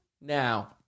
Now